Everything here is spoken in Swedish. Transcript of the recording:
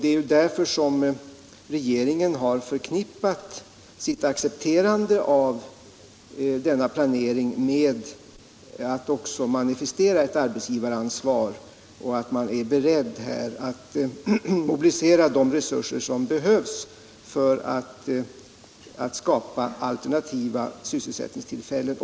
Det är därför som regeringen, samtidigt som den har accepterat denna planering, också manifesterat ett arbetsgivaransvar och är beredd att mobilisera de resurser som behövs för att skapa alternativa sysselsättningstillfällen.